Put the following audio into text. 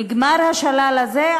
נגמר השלל הזה,